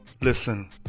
Listen